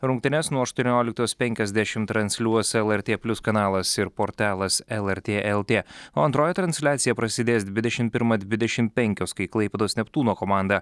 rungtynes nuo aštuonioliktos penkiasdešimt transliuos lrt plius kanalas ir portalas lrt lt o antroji transliacija prasidės dvidešim pirmą dvidešim penkios kai klaipėdos neptūno komanda